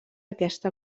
aquesta